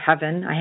heaven